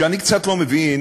אני קצת לא מבין